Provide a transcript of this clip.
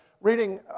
reading